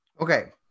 Okay